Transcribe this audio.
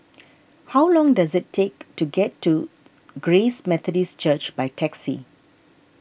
how long does it take to get to Grace Methodist Church by taxi